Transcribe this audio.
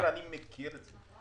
מכיר את זה.